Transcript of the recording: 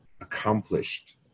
accomplished